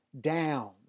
down